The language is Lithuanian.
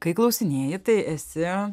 kai klausinėji tai esi